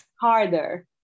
harder